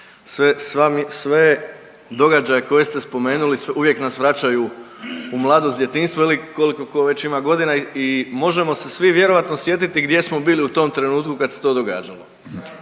sve događaje koje ste spomenuli uvijek nas vraćaju u mladost, djetinjstvo ili koliko ko već ima godina i možemo se svi vjerojatno sjetiti gdje smo bili u tom trenutku kad se to događalo.